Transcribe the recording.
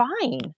fine